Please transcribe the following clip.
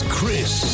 Chris